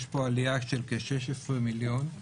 יש פה עלייה של כ-16 מיליון.